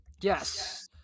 Yes